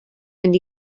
fynd